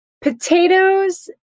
Potatoes